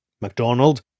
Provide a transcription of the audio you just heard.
MacDonald